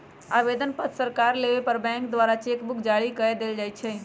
आवेदन पत्र सकार लेबय पर बैंक द्वारा चेक बुक जारी कऽ देल जाइ छइ